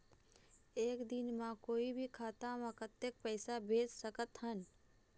एक दिन म कोई भी खाता मा कतक पैसा भेज सकत हन?